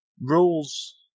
rules